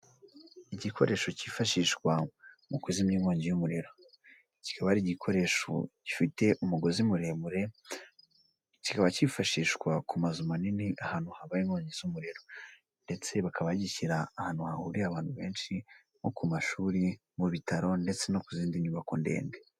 Igikoresho cyifashishwa mu kuzimya inkongi y'umuriro, kikaba ari igikoresho gifite umugozi muremure kikaba kifashishwa ku mazu manini ahantu habaye inkongi z'umuriro ndetse bakaba gishyira ahantu hahurira abantu benshi nko ku mashuri, mu bitaro ndetse no ku zindi nyubako ndende.